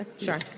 Sure